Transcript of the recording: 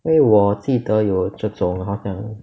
因为我记得有这种好像